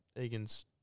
Egan's